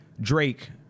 Drake